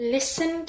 Listen